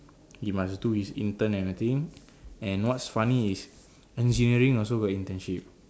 he must do his intern and err thing and what's funny is engineering also got internship